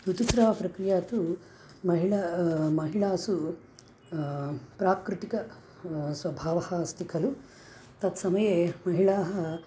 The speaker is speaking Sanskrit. ऋतुस्रावप्रक्रिया तु महिला महिलासु प्राकृतिक स्वभावः अस्ति खलु तत् समये महिलाः